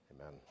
Amen